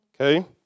okay